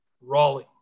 Raleigh